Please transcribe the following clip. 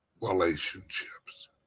relationships